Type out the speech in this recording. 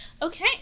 Okay